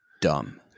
dumb